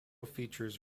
features